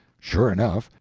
sure enough,